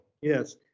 yes